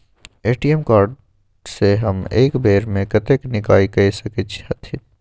ATM card से हम एक बेर में कतेक निकासी कय सके छथिन?